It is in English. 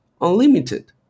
unlimited